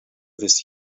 this